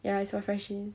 ya it's for freshies